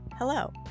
Hello